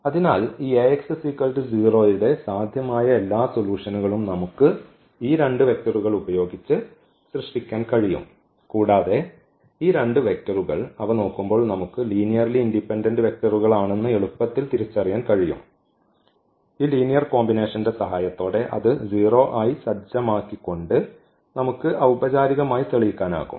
അതിനാൽ ഈ Ax 0 ന്റെ സാധ്യമായ എല്ലാ സൊലൂഷൻകളും നമുക്ക് ഈ രണ്ട് വെക്റ്ററുകൾ ഉപയോഗിച്ച് സൃഷ്ടിക്കാൻ കഴിയും കൂടാതെ ഈ രണ്ട് വെക്റ്ററുകൾ അവ നോക്കുമ്പോൾ നമുക്ക് ലീനിയർലി ഇൻഡിപെൻഡന്റ് വെക്റ്ററുകളാണെന്ന് എളുപ്പത്തിൽ തിരിച്ചറിയാൻ കഴിയും ഈ ലീനിയർ കോമ്പിനേഷന്റെ സഹായത്തോടെ അത് 0 ആയി സജ്ജമാക്കി കൊണ്ട് നമുക്ക് ഔപചാരികമായി തെളിയിക്കാനാകും